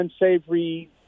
unsavory